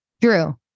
Drew